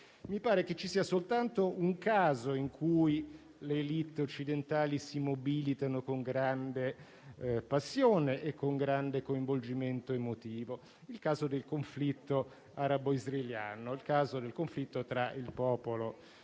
Mi pare che ci sia soltanto un caso in cui le *élite* occidentali si mobilitano con grande passione e coinvolgimento emotivo: il caso del conflitto arabo-israeliano, tra il popolo palestinese